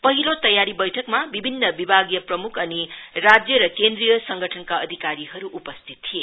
पहिलो तयारी बैठकमा विभिन्न विभागीय प्रमुख अनि राज्य र केन्द्रीय संगठनका अधिकारीहरू उपस्थित थिए